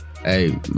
hey